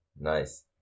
Nice